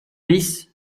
bis